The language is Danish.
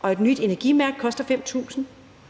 og et nyt energimærke koster 5.000